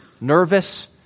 nervous